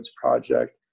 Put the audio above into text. project